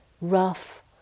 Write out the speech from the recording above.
rough